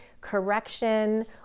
correction